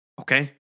Okay